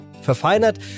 Verfeinert